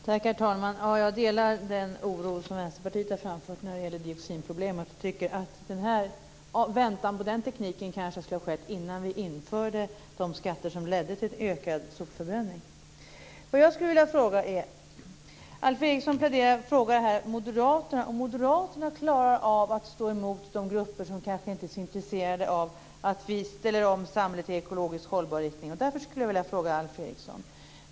Herr talman! Jag delar den oro som Vänsterpartiet har framfört när det gäller dioxinproblemet och tycker att vi kanske skulle ha väntat på tekniken för detta innan vi införde de skatter som ledde till en ökad sopförbränning. Alf Eriksson frågar moderaterna om de klarar av att stå emot de grupper som kanske inte är så intresserade av att vi ställer om samhället i ekologiskt hållbar riktning. Därför skulle jag vilja ställa en fråga till Alf Eriksson.